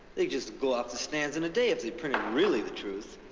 they'd just go off the stands in a day if they printed really the truth.